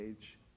age